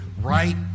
right